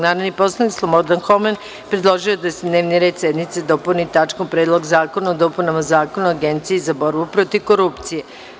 Narodni poslanik Slobodan Homen, predložio je da se dnevni red sednice dopuni tačkom - Predlog zakona o dopunama Zakona o Agenciji za borbu protiv korupcije.